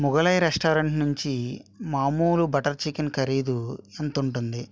Mughlai restaurant నుంచి మామూలు butter chicken ఖరీదు ఎంతుంటుంది